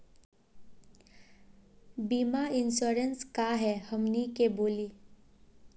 बीमा इंश्योरेंस का है हमनी के बोली?